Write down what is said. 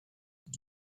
and